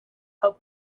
help